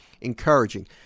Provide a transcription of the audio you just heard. encouraging